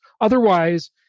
Otherwise